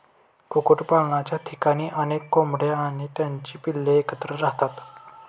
कुक्कुटपालनाच्या ठिकाणी अनेक कोंबड्या आणि त्यांची पिल्ले एकत्र राहतात